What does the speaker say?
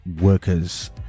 workers